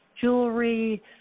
jewelry